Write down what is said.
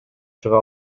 чыга